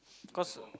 cause